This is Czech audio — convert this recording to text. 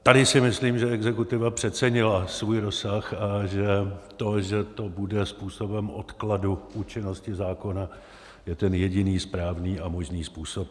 Tady si myslím, že exekutiva přecenila svůj rozsah a že to, že to bude způsobem odkladu účinnosti zákona, je jediný správný a možný způsob.